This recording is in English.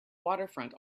waterfront